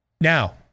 Now